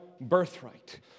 birthright